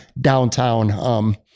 downtown